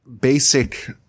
basic